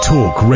Talk